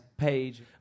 Page